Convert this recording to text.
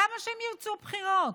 למה שהם ירצו בחירות?